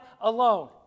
alone